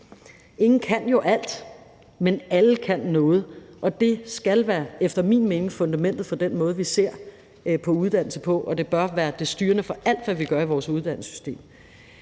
Ingen kan jo alt, men alle kan noget. Og det skal efter min mening være fundamentet for den måde, vi ser på uddannelse på, og det bør være det styrende for alt, hvad vi gør i vores uddannelsessystem.